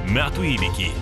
metų įvykį